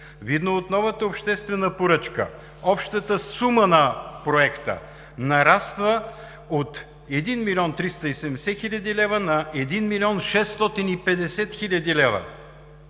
Видно от новата обществена поръчка, общата сума на Проекта нараства от 1 млн. 370 хил. лв. на 1 млн. 650 хил. лв.